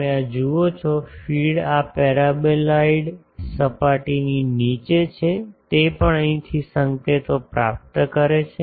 તમે આ જુઓ છો ફીડ આ પેરાબોલોઈડ સપાટીની નીચે છે તે પણ અહીંથી સંકેતો પ્રાપ્ત કરે છે